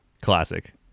classic